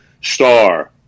star